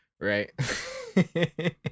right